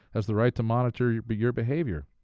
has the right to monitor but your behavior.